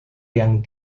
yang